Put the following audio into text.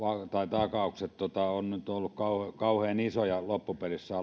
takaukset eivät ole nyt olleet kauhean isoja loppupelissä